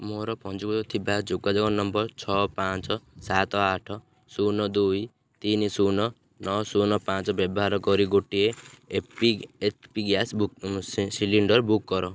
ମୋର ପଞ୍ଜୀକୃତ ଥିବା ଯୋଗାଯୋଗ ନମ୍ବର୍ ଛଅ ପାଞ୍ଚ ସାତ ଆଠ ଶୂନ ଦୁଇ ତିନି ଶୂନ ନଅ ଶୂନ ପାଞ୍ଚ ବ୍ୟବାହାର କରି ଗୋଟିଏ H P gas cylinder book କର